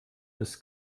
ist